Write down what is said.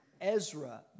Ezra